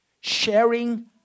Sharing